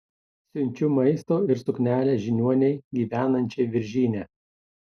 siunčiu maisto ir suknelę žiniuonei gyvenančiai viržyne